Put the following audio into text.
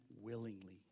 willingly